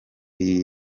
iyi